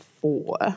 four